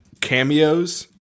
cameos